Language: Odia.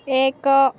ଏକ